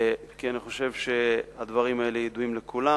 כי אני חושב שהדברים האלה ידועים לכולם.